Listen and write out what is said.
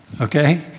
Okay